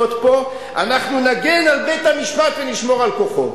פה: אנחנו נגן על בית-המשפט ונשמור על כוחו.